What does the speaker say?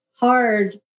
hard